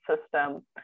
system